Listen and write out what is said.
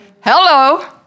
hello